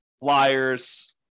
flyers